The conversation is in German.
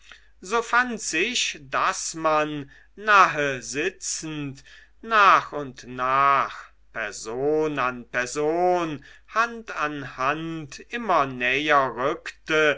so fand sich daß man nahe sitzend nach und nach person an person hand an hand immer näher rückte